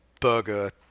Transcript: burger